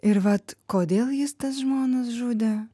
ir vat kodėl jis tas žmonas žudė